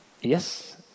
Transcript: Yes